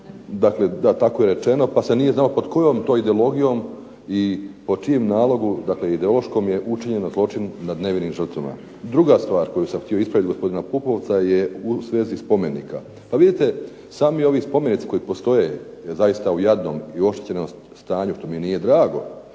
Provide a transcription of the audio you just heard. dakle tako je rečeno pa se nije znalo pod kojom to ideologijom i po čijem nalogu ideološkom je učinjen zločin nad nevinim žrtvama. Druga stvar koju sam htio ispraviti gospodina Pupovca je u svezi spomenika. Pa vidite sami ovi spomenici koji postoje zaista u jadnom i oštećenom stanju, što mi nije drago,